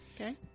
Okay